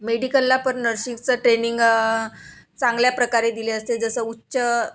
मेडिकलला पण नर्शिंगचं ट्रेनिंग चांगल्या प्रकारे दिले असते जसं उच्च